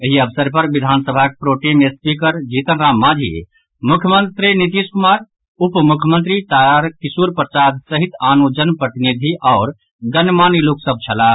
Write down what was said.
एहि अवसर पर विधानसभाक प्रोटेम स्पीकर जीतन राम मांझी मुख्यमंत्री नीतीश कुमार उप मुख्यमंत्री तारकिशोर प्रसाद सहित आनो जन प्रतिनिधि आओर गणमान्य लोक सभ छलाह